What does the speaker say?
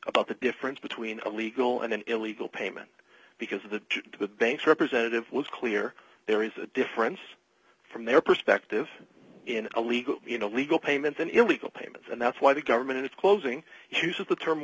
about the difference between a legal and an illegal payment because of the the bank's representative was clear there is a difference from their perspective in a legal you know legal payment an illegal payment and that's why the government is closing use of the term